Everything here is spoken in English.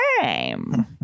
time